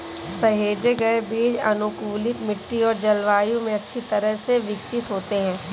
सहेजे गए बीज अनुकूलित मिट्टी और जलवायु में अच्छी तरह से विकसित होते हैं